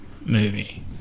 Movie